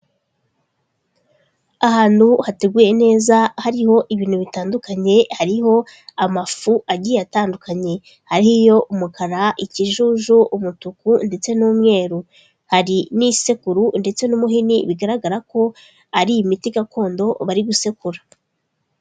Ahantu hateguye neza, hariho ibintu bitandukanye, hariho amafu agiye atandukanye ariyo umukara, ikijuju, umutuku ndetse n'umweru, hari n'isekuru ndetse n'umuhini bigaragara ko ari imiti gakondo bari gusekura.